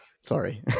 sorry